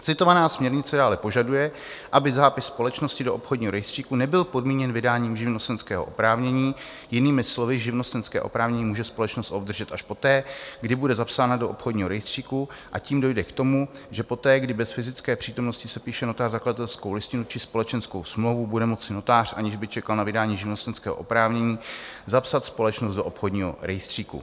Citovaná směrnice ale požaduje, aby zápis společnosti do obchodního rejstříku nebyl podmíněn vydáním živnostenského oprávnění, jinými slovy, živnostenské oprávnění může společnost obdržet až poté, kdy bude zapsána do obchodního rejstříku, a tím dojde k tomu, že poté, kdy bez fyzické přítomnosti sepíše notář zakladatelskou listinu či společenskou smlouvu, bude moci notář, aniž by čekal na vydání živnostenského oprávnění, zapsat společnost do obchodního rejstříku.